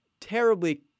terribly